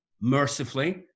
mercifully